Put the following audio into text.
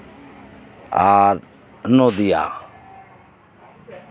ᱟᱨ ᱱᱚᱫᱤᱭᱟ